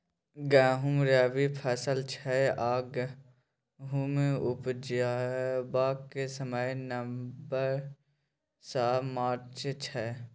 गहुँम रबी फसल छै आ गहुम उपजेबाक समय नबंबर सँ मार्च छै